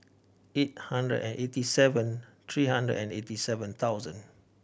eight hundred and eighty seven three hundred and eighty seven thousand